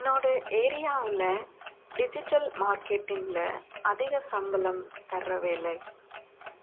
என்னோட ஏரியாவில் டிஜிட்டல் மார்க்கெட்டிங்கில் அதிக சம்பளம் தர்ற வேலை